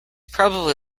probably